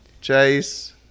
Chase